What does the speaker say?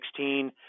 2016